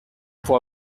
pour